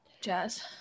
jazz